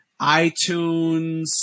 itunes